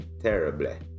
terribly